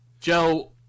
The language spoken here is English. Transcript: Joe